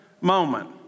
moment